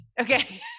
Okay